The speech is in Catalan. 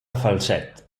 falset